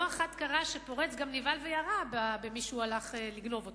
ולא אחת קרה שפורץ גם נבהל וירה במי שהוא הלך לגנוב ממנו.